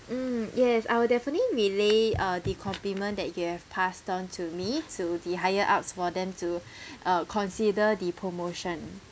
mm yes I will definitely relay uh the compliment that you have passed on to me to the higher ups for them to uh consider the promotion